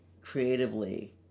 creatively